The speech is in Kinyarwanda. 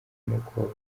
nuko